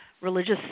religious